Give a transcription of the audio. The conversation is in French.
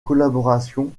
collaboration